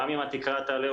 גם אם התקרה תעלה,